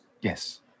yes